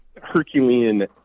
Herculean